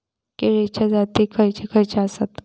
केळीचे जाती खयचे खयचे आसत?